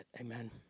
Amen